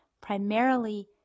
primarily